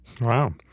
Wow